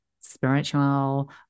spiritual